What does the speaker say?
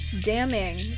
damning